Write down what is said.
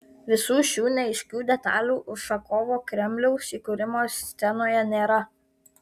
visų šių neaiškių detalių ušakovo kremliaus įkūrimo scenoje nėra